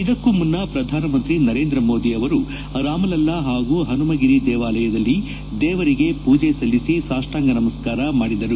ಇದಕ್ಕೂ ಮುನ್ನ ಪ್ರಧಾನಮಂತ್ರಿ ನರೇಂದ್ರ ಮೋದಿ ರಾಮಲಲ್ಲಾ ಹಾಗೂ ಪನುಮಗಿರಿ ದೇವಾಲಯದಲ್ಲಿ ದೇವರಿಗೆ ಪೂಜೆ ಸಲ್ಲಿಸಿ ಸಾಷ್ಟಾಂಗ ನಮಸ್ಕಾರ ಮಾಡಿದರು